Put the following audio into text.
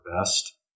best